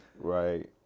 Right